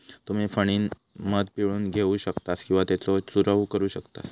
तुम्ही फणीनं मध पिळून घेऊ शकतास किंवा त्येचो चूरव करू शकतास